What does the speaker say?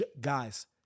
Guys